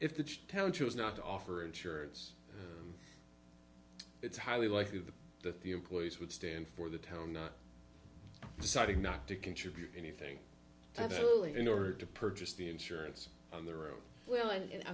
if the town chose not to offer insurance it's highly likely that the employees would stand for the town deciding not to contribute anything in order to purchase the insurance on their own will